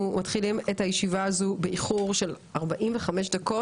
שאנחנו מתחילים את הישיבה הזאת באיחור של 45 דקות.